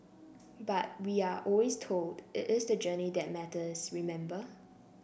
but we are always told it is the journey that matters remember